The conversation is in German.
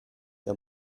der